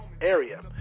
area